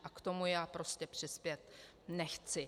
A k tomu já prostě přispět nechci.